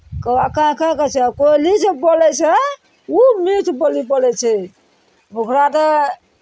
कौआ काँय काँय करै छै आ कोयली जे बोलै छै ओ मीठ बोली बोलै छै ओकरा तऽ